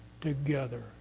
together